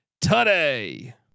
today